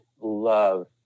love